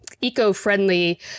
eco-friendly